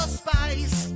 spice